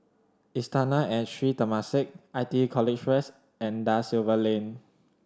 Istana and Sri Temasek I T E College West and Da Silva Lane